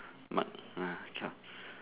mang~ ah cannot